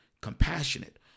compassionate